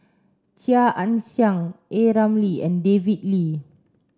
Chia Ann Siang A Ramli and David Lee